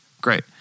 Great